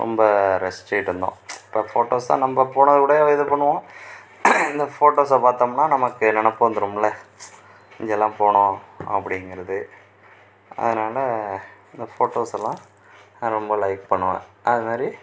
ரொம்ப ரசித்துகிட்டு இருந்தோம் ஃபோட்டோஸ்லாம் நம்ம போனதை விட இது பண்ணுவோம் இந்த ஃபோட்டோஸை பார்த்தோம்னா நமக்கு நெனைப்பு வந்துடும்ல இங்கேயெல்லாம் போனோம் அப்படிங்கிறது அதனால இந்த ஃபோட்டோசெல்லாம் நான் ரொம்ப லைக் பண்ணுவேன் அதுமாதிரி